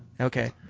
Okay